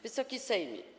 Wysoki Sejmie!